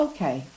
Okay